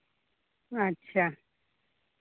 ᱟᱪᱪᱷᱟ